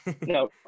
No